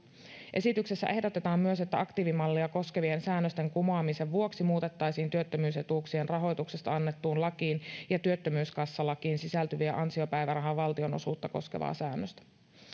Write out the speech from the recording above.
esityksessä ehdotetaan myös että aktiivimallia koskevien säännösten kumoamisen vuoksi muutettaisiin työttömyysetuuksien rahoituksesta annettuun lakiin ja työttömyyskassalakiin sisältyvää ansiopäivärahan valtionosuutta koskevaa säännöstä